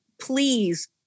please